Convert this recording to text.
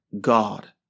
God